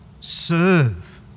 serve